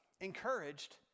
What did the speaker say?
encouraged